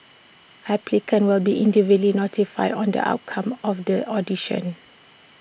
applicants will be individually notified on the outcome of the audition